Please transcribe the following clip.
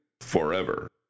Forever